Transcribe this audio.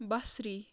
بصری